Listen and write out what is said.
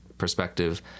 perspective